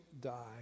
die